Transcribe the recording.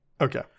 Okay